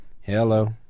Hello